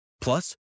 Plus